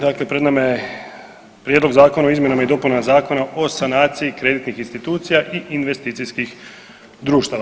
Dakle, pred nama je Prijedlog zakona o izmjenama i dopunama Zakona o sanaciji kreditnih institucija i investicijskih društava.